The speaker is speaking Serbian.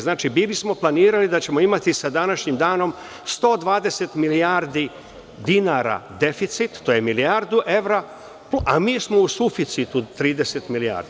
Znači, bili smo planirali da ćemo imati sa današnjim danom 120 milijardi dinara deficit, to je milijardu evra, a mi smo u suficitu 30 milijardi.